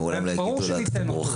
הם אמורים להגיד לו: אתה מורחק.